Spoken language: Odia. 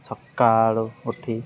ସକାଳୁ ଉଠି